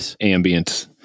ambient